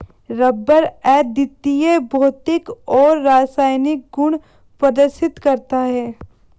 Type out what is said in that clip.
rubber अद्वितीय भौतिक और रासायनिक गुण प्रदर्शित करता है